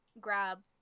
grab